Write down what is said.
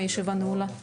הישיבה נעולה.